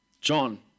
John